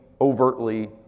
overtly